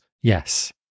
Yes